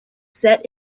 set